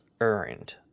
earned